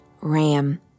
Ram